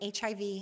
HIV